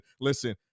listen